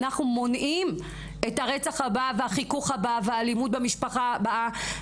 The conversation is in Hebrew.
אנחנו מונעים את הרצח הבא והחיכוך הבא והאלימות במשפחה הבאה,